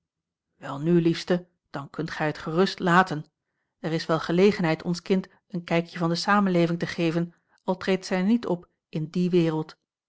welnu liefste dan kunt gij het gerust laten er is wel gelegenheid ons kind een kijkje van de samenleving te geven al treedt zij niet op in die wereld